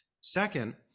Second